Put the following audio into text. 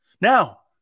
Now